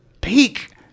peak